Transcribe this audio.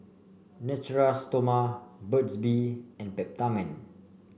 Natura Stoma Burt's Bee and Peptamen